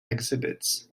exhibits